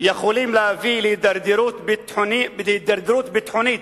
יכולים להביא להידרדרות ביטחונית